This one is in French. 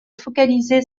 focaliser